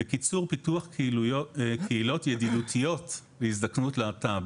בקיצור, פיתוח קהילות ידידותיות להזדקנות להט"ב